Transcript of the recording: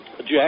Jack